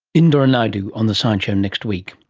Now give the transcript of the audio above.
indira naidoo on the science show next week.